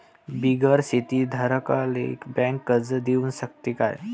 बिगर शेती धारकाले बँक कर्ज देऊ शकते का?